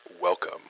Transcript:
welcome